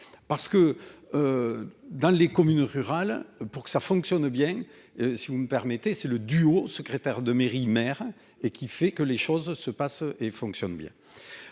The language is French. parce que. Dans les communes rurales pour que ça fonctionne bien. Si vous me permettez, c'est le duo secrétaire de mairie mère et qui fait que les choses se passent et fonctionne bien.